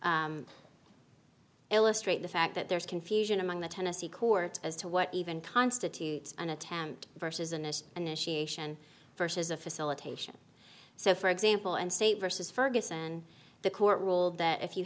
those illustrate the fact that there's confusion among the tennessee courts as to what even constitutes an attempt versus an initiation versus a facilitation so for example and state versus ferguson the court ruled that if you